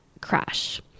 crash